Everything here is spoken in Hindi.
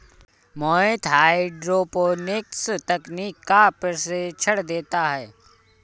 मोहित हाईड्रोपोनिक्स तकनीक का प्रशिक्षण देता है